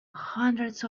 hundreds